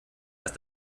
dass